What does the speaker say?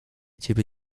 ciebie